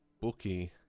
bookie